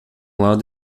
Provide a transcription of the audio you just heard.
lado